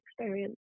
experience